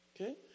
Okay